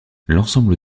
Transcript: l’ensemble